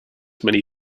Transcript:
many